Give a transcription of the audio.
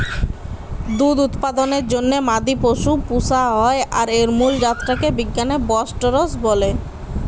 দুধ উৎপাদনের জন্যে মাদি পশু পুশা হয় আর এর মুল জাত টা কে বিজ্ঞানে বস্টরস বলে